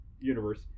universe